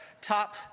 top